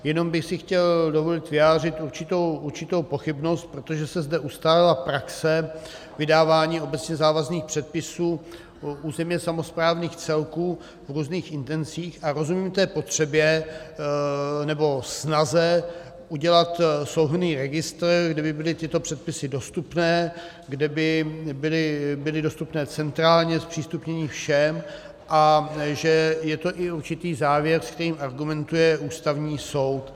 Jenom bych si chtěl dovolit vyjádřit určitou pochybnost, protože se zde ustálila praxe vydávání obecně závazných předpisů územně samosprávných celků v různých intencích, a rozumím té potřebě nebo snaze udělat souhrnný registr, kde by byly tyto předpisy dostupné, kde by byly dostupné centrálně, zpřístupněny všem, a že je to i určitý závěr, s kterým argumentuje Ústavní soud.